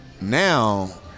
Now